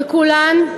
וכולן,